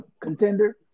Contender